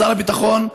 ושר הביטחון,